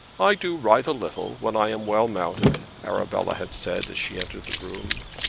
i do ride a little when i am well mounted, arabella had said as she entered the room.